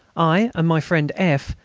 i and my friend f.